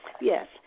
Yes